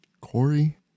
Corey